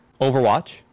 Overwatch